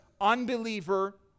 unbeliever